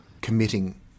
committing